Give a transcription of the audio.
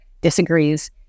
disagrees